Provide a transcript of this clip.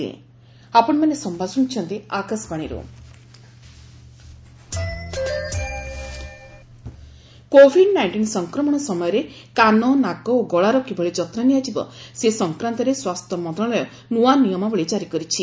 health ministry guideline COVID nineteen ସଂକ୍ରମଣ ସମୟରେ କାନ ନାକ ଓ ଗଳାର କିଭଳି ଯତ୍ନ ନିଆଯିବ ସେ ସଂକ୍ରାନ୍ତରେ ସ୍ୱାସ୍ଥ୍ୟ ମନ୍ତ୍ରଣାଳୟ ନୂଆ ନିୟମାବଳୀ ଜାରି କରିଛି